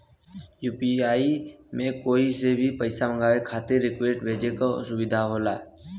UPI में कोई से पइसा मंगवाये खातिर रिक्वेस्ट भेजे क सुविधा होला